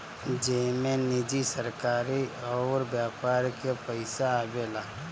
जेमे निजी, सरकारी अउर व्यापार के पइसा आवेला